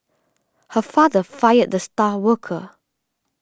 her father fired the star worker